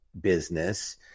business